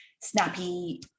snappy